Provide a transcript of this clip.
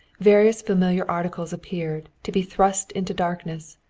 various familiar articles appeared, to be thrust into darkness,